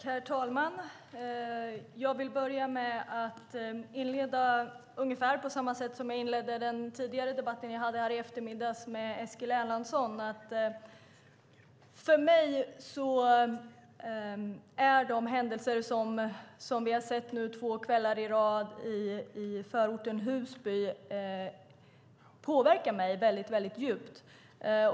Herr talman! Jag vill inleda på ungefär samma sätt som jag inledde den tidigare debatten, som jag hade här i eftermiddags med Eskil Erlandsson. De händelser som vi nu har sett två kvällar i rad i förorten Husby påverkar mig väldigt djupt.